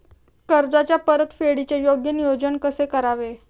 कर्जाच्या परतफेडीचे योग्य नियोजन कसे करावे?